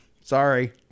Sorry